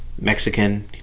mexican